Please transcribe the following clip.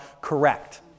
correct